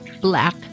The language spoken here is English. black